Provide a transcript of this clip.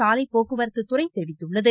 சாலைப்போக்குவரத்துத் துறை தெரிவித்துள்ளது